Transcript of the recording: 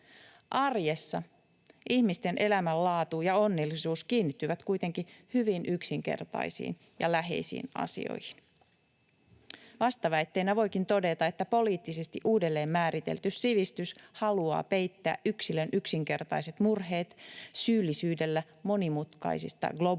Arjessa ihmisten elämänlaatu ja onnellisuus kiinnittyvät kuitenkin hyvin yksinkertaisiin ja läheisiin asioihin. Vastaväitteenä voikin todeta, että poliittisesti uudelleenmääritelty sivistys haluaa peittää yksilön yksinkertaiset murheet syyllisyydellä monimutkaisista, globaaleista